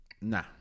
nah